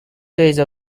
phase